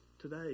today